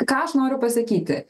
ką aš noriu pasakyti